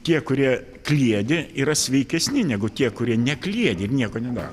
tie kurie kliedi yra sveikesni negu tie kurie nekliedi ir nieko nedaro